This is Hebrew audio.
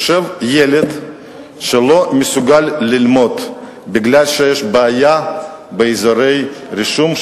יושב ילד שלא מסוגל ללמוד מפני שיש בעיה באזורי רישום.